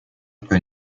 peux